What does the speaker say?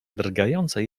drgające